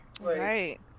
Right